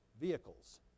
vehicles